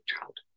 Child